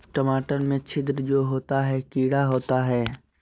टमाटर में छिद्र जो होता है किडा होता है?